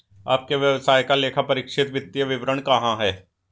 आपके व्यवसाय का लेखापरीक्षित वित्तीय विवरण कहाँ है?